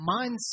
mindset